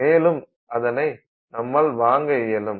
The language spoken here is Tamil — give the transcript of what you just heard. மேலும் அதனை நம்மால் வாங்க இயலும்